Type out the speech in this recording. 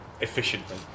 efficiently